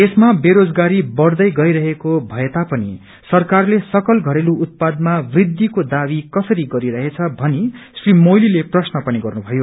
देशमा वेरोजगारी बढ़दै गइरहेको भएतापनि सरकारले सकल घरेलु उत्पादमा वृद्खिको दावी कसरी गरिरहेछ भनी श्री मोझ्लीले प्रश्न पनि गर्नु भयो